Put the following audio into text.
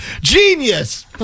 genius